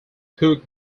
cook